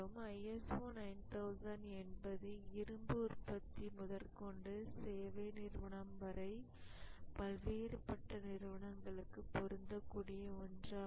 ISO 9000 என்பது இரும்பு உற்பத்தி முதற்கொண்டு சேவை நிறுவனம் வரை பல்வேறுபட்ட நிறுவனங்களுக்கு பொருந்தக்கூடிய ஒன்றாகும்